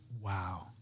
Wow